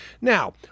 Now